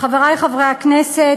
חברי חברי הכנסת,